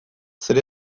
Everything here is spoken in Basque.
zer